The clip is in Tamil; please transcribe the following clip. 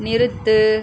நிறுத்து